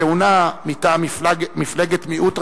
הכהונה מטעם מפלגת מיעוט,